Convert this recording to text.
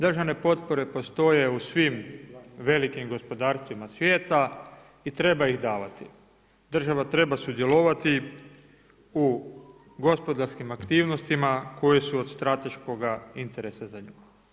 Državne potpore postoje u svim velikim gospodarstvima svijeta i treba ih davati, država treba sudjelovati u gospodarskim aktivnostima koje su od strateškoga interesa za nju.